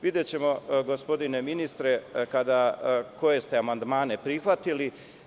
Videćemo, gospodine ministre, koje ste amandmane prihvatili.